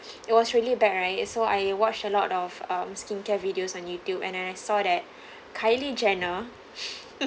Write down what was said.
it was really bad right so I watch a lot of um skincare videos on YouTube and then I saw that kylie jenner